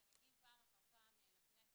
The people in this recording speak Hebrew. אתם מגיעים פעם אחר פעם לכנסת